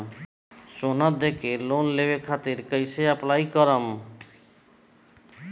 सोना देके लोन लेवे खातिर कैसे अप्लाई करम?